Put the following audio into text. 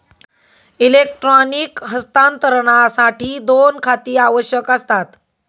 electronic हस्तांतरणासाठी दोन खाती आवश्यक असतात